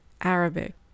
Arabic